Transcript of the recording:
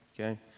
Okay